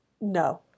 no